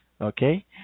Okay